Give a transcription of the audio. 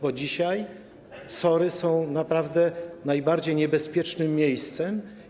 Bo dzisiaj SOR-y są naprawdę najbardziej niebezpiecznymi miejscami.